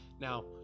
Now